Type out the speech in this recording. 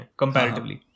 comparatively